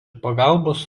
pagalbos